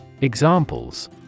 Examples